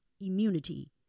immunity